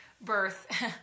birth